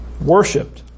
Worshipped